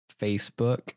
Facebook